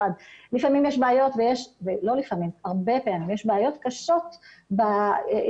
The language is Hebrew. לפעמים הרבה פעמים יש בעיות קשות בהתנגשות